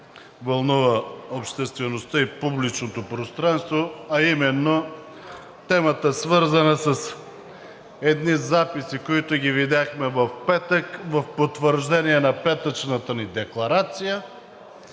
вълнува обществеността и публичното пространство, а именно темата, свързана с едни записи, които видяхме в петък, в потвърждение на петъчната ни декларация